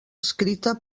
escrita